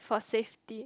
for safety